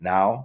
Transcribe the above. Now